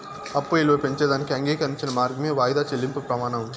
అప్పు ఇలువ పెంచేదానికి అంగీకరించిన మార్గమే వాయిదా చెల్లింపు ప్రమానం